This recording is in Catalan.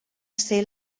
ser